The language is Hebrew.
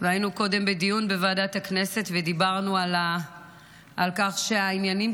והיינו קודם בדיון בוועדת הכנסת ודיברנו על כך שהעניינים